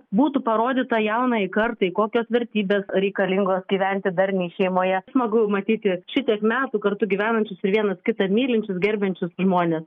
būtų parodyta jaunajai kartai kokios vertybės reikalingos gyventi darniai šeimoje smagu matyti šitiek metų kartu gyvenančius ir vienas kitą mylinčius gerbiančius žmones